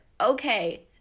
okay